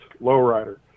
lowrider